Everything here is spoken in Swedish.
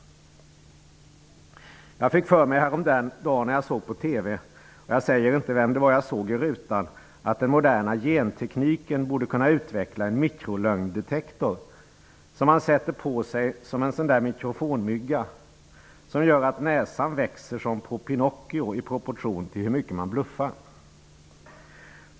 Jag fick för mig häromdagen när jag såg på TV -- jag säger inte vem det var jag såg i rutan -- att den moderna gentekniken borde kunna utveckla en mikrolögndetektor, som man sätter på sig som en mikrofonmygga och som gör att näsan växer som på Pinocchio i proportion till hur mycket man bluffar.